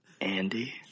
Andy